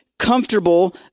comfortable